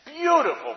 beautiful